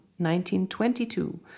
1922